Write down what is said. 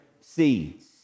seeds